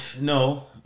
No